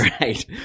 Right